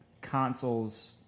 consoles